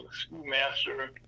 schoolmaster